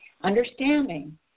Understanding